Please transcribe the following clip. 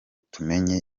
tumenye